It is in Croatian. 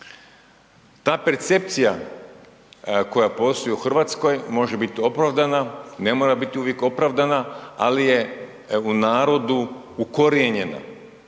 Ta percepcija koja postoji u Hrvatskoj može biti opravdana i ne mora biti uvijek opravdana, ali je u narodu ukorijenjena.